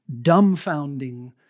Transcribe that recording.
dumbfounding